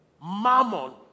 mammon